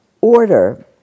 order